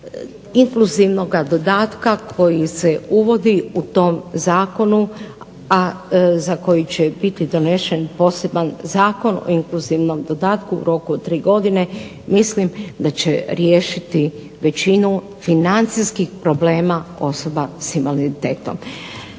inkluzivnoga dodatka koji se uvodi u tom zakonu a za koji će biti donešen posebni Zakon o inkluzivnom dodatku u roku od tri godine mislim da će riješiti većinu financijskih problema osoba sa invaliditetom.